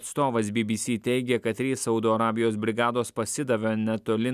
atstovas bbc teigė kad trys saudo arabijos brigados pasidavė netoli